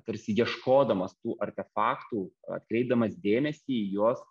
tarsi ieškodamas tų artefaktų atkreipdamas dėmesį į juos